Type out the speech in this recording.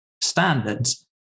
standards